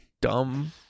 dumb